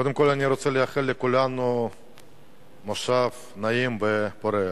קודם כול, אני רוצה לאחל לכולנו מושב נעים ופורח.